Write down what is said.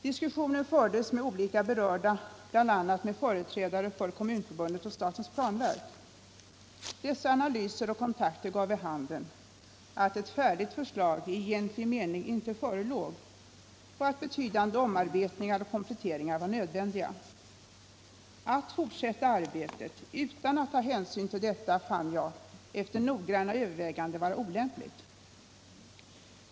Diskussioner fördes med olika berörda, bl.a. med företrädare för Kommunförbundet och statens planverk. Dessa analyser och kontakter gav vid handen att ett färdigt förslag i egentlig mening inte förelåg och att betydande omarbetningar och kompletteringar var nödvändiga. Att fortsätta arbetet utan att ta hänsyn till detta fann jag — efter noggranna överväganden — vara olämpligt.